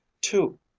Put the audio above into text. Two